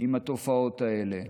עם התופעות האלה.